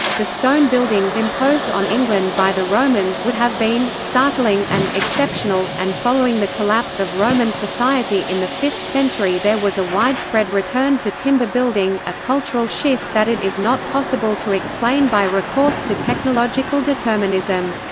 the stone buildings imposed on england by the romans would have been startling and exceptional, and following the collapse of roman society in the fifth century there was a widespread return to timber building, a cultural shift that it is not possible to explain by recourse to technological determinism.